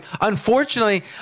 Unfortunately